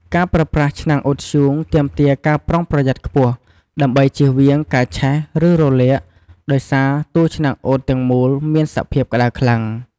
ការប្រើប្រាស់ឆ្នាំងអ៊ុតធ្យូងទាមទារការប្រុងប្រយ័ត្នខ្ពស់ ដើម្បីជៀសវាងការឆេះ ឬរលាក ដោយសារតួឆ្នាំងអ៊ុតទាំងមូលមានសភាពក្តៅខ្លាំង។